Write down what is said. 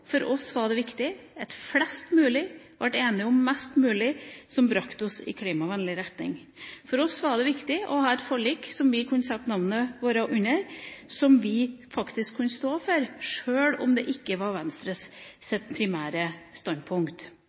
for oss har vært at flest mulig ble enige om mest mulig som kan bringe oss i en klimavennlig retning. For oss var det viktig å ha et forlik som vi kunne sette navnet vårt under, som vi faktisk kunne stå for, sjøl om det ikke var Venstres primære standpunkt.